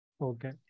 Okay